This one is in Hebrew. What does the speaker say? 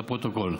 לפרוטוקול.